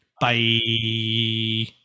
Bye